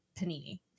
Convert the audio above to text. Panini